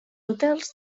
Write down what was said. hotels